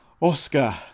Oscar